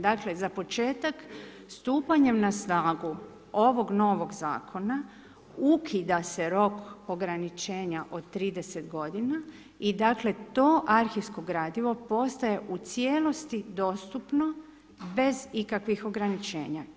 Dakle, za početak, stupanjem na snagu ovog novog Zakona ukida se rok ograničenja od 30 godina i dakle, to arhivsko gradivo postaje u cijelosti dostupno bez ikakvih ograničenja.